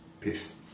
Peace